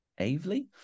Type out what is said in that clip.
Avely